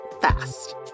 fast